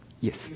Yes